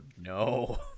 no